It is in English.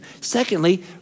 Secondly